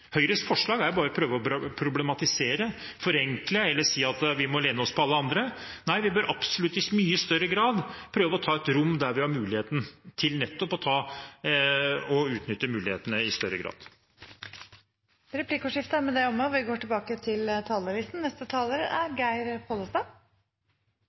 Høyres forslag er bare å prøve å problematisere, forenkle eller si at vi må lene oss på alle andre. Nei, vi bør absolutt i mye større grad prøve å ta et rom der vi har mulighet til nettopp å utnytte mulighetene i større grad. Replikkordskiftet er dermed omme. Dette forslaget er både aktiv næringspolitikk og